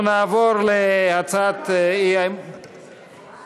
אנחנו נעבור להצעת, איפה הכסף?